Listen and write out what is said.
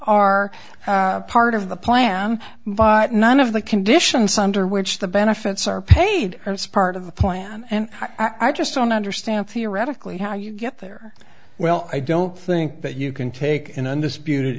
are part of the plan but none of the conditions under which the benefits are paid are it's part of the plan and are just on understand theoretically how you get there well i don't think that you can take an undisputed